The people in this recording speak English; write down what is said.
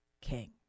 king